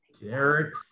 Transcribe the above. Derek